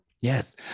Yes